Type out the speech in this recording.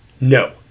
no